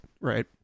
right